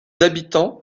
habitants